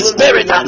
Spirit